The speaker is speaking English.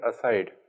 aside